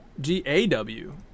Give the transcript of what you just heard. G-A-W